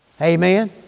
Amen